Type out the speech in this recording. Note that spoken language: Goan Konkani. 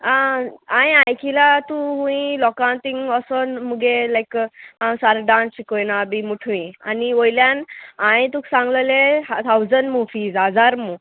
आ हांयें आयकिलां तूं हूंय लोकां तींग ओसोन मुगे लायक हांव सार डांस शिकयना बी मुठूय आनी वयल्यान हांये तुका सांगलेलें थावजंड मु फीज हजार मु